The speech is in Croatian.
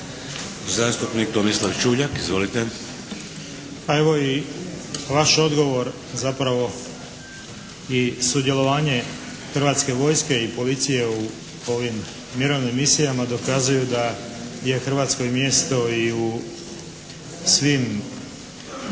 **Čuljak, Tomislav (HDZ)** Pa evo i vaš odgovor zapravo i sudjelovanje hrvatske vojske i policije u ovim mirovnim misijama dokazuju da je Hrvatskoj mjesto i u svim